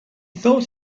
thought